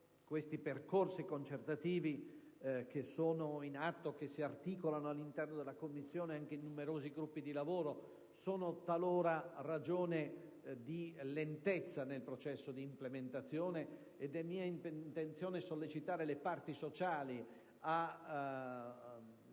Questi percorsi concertativi, che sono in atto e che si articolano all'interno della commissione anche in numerosi gruppi di lavoro, sono talora ragione di lentezza nel processo di implementazione. È mia intenzione sollecitare le parti sociali a realizzare